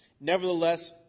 Nevertheless